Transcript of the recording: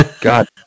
God